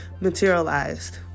materialized